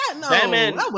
batman